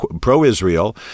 pro-Israel